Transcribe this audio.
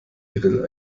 grill